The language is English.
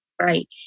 right